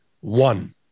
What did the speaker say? One